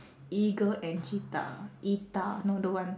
eagle and cheetah eetah no don't want